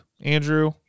Andrew